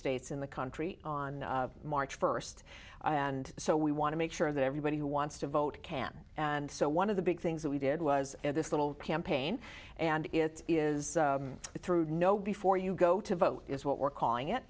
states in the country on march first and so we want to make sure that everybody who wants to vote can and so one of the big things that we did was in this little campaign and it is through know before you go to vote is what we're calling it